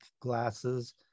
glasses